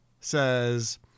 says